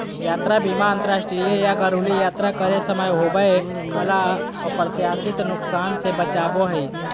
यात्रा बीमा अंतरराष्ट्रीय या घरेलू यात्रा करे समय होबय वला अप्रत्याशित नुकसान से बचाबो हय